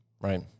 Right